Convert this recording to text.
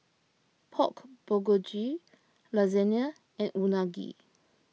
Pork Bulgogi Lasagna and Unagi